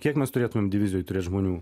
kiek mes turėtumėm divizijoj turėt žmonių